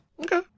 Okay